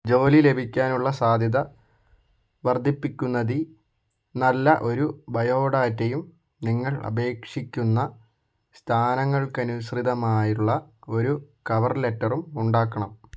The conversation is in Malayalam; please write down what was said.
ജോലി ലഭിക്കാനുള്ള സാധ്യത വർദ്ധിപ്പിക്കുന്നതി നല്ല ഒരു ബയോഡാറ്റയും നിങ്ങൾ അപേക്ഷിക്കുന്ന സ്ഥാനങ്ങൾക്കനുസൃതമായുള്ള ഒരു കവർ ലെറ്ററും ഉണ്ടാക്കണം